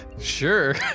Sure